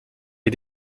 les